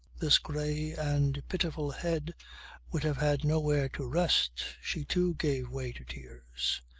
this grey and pitiful head would have had nowhere to rest, she too gave way to tears.